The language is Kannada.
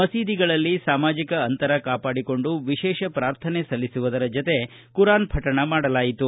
ಮಸೀದಿಗಳಲ್ಲಿ ಸಾಮಾಜಿಕ ಅಂತರ ಕಾಪಾಡಿಕೊಂಡು ವಿಶೇಷ ಪ್ರಾರ್ಥನೆ ಸಲ್ಲಿಸುವುದರ ಜೊತೆಗೆ ಖುರಾನ್ ಪಠಣ ಮಾಡಲಾಯಿತು